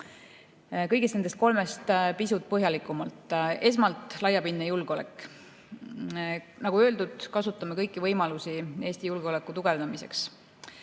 Kõigist nendest kolmest pisut põhjalikumalt. Esmalt, laiapindne julgeolek. Nagu öeldud, kasutame kõiki võimalusi Eesti julgeoleku tugevdamiseks.